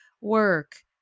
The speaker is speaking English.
work